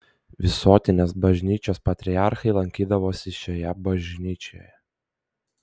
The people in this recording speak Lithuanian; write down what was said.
visuotinės bažnyčios patriarchai lankydavosi šioje bažnyčioje